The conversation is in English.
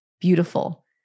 beautiful